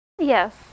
Yes